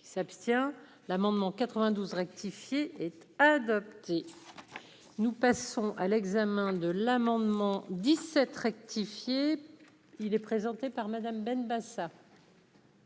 S'abstient l'amendement 92 rectifié est adopté, nous passons à l'examen de l'amendement 17 rectifié, il est présenté par Madame Benbassa.